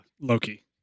Loki